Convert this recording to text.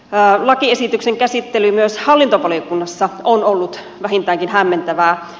lakiesityksen käsittely myös hallintovaliokunnassa on ollut vähintäänkin hämmentävää